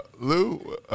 Lou